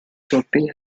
chopping